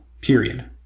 period